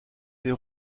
des